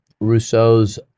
Rousseau's